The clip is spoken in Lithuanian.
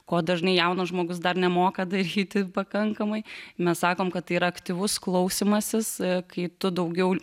ko dažnai jaunas žmogus dar nemoka daryti pakankamai mes sakom kad yra aktyvus klausymasis kai tu daugiau